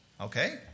Okay